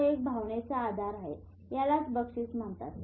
जो एक भावनेचा आधार आहे यालाच बक्षीस म्हणतात